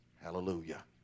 Hallelujah